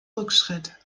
rückschritt